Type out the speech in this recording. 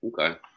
Okay